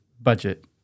budget